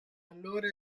allora